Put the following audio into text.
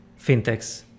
fintechs